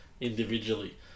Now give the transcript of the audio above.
individually